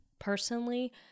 Personally